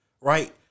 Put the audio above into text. right